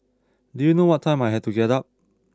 do you know what time I had to get up